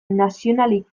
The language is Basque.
nazionalik